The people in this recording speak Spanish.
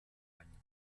año